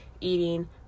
eating